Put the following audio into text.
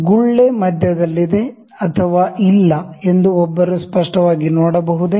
ಗುಳ್ಳೆ ಮಧ್ಯದಲ್ಲಿದೆ ಅಥವಾ ಇಲ್ಲ ಎಂದು ಒಬ್ಬರು ಸ್ಪಷ್ಟವಾಗಿ ನೋಡಬಹುದೇ